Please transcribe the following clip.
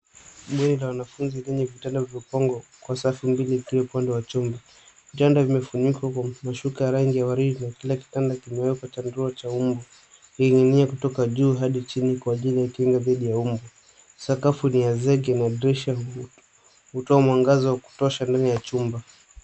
Bweni la wanafunzi lenye vitanda vimepangwa kwa safu mbili kila upande wa chuma. Vitanda vimefunikwa kwa mashuka ya rangi ya ua ridi na kila kitanda kimewekwa chandarua cha mbu ikining'inia kutoka juu hadi chini kwa ajili ya kinga dhidi ya mbu. Sakafu ni ya zege na dirisha hutoa mwangaza wa kutosha ndani ya chumba.